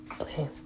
Okay